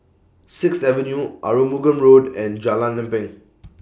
Sixth Avenue Arumugam Road and Jalan Lempeng